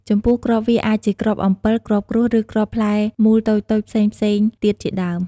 ចំពោះ គ្រាប់វាអាចជាគ្រាប់អំពិល គ្រាប់គ្រួស ឬគ្រាប់ផ្លែមូលតូចៗផ្សេងៗទៀតជាដើម។